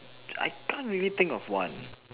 I can't really think of one